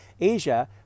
Asia